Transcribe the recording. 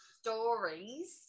stories